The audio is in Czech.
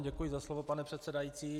Děkuji za slovo, pane předsedající.